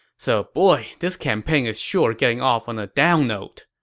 so boy this campaign is sure getting off on a down note.